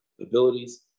abilities